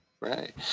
Right